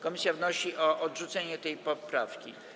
Komisja wnosi o odrzucenie tej poprawki.